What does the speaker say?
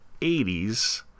80s